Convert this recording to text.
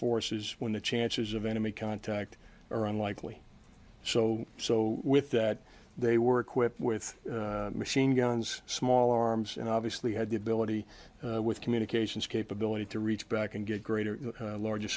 forces when the chances of enemy contact are unlikely so so with that they were equipped with machine guns small arms and obviously had the ability with communications capability to reach back and get greater large